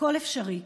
הכול אפשרי.